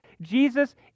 Jesus